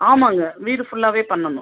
ஆமாம்ங்க வீடு ஃபுல்லாகவே பண்ணனும்